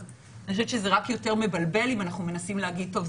אז אני חושבת שזה רק יותר מבלבל אם אנחנו מנסים להגיד: טוב,